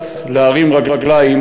קצת, / להרים רגליים,